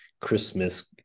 Christmas